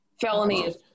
Felony